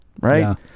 right